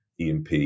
EMP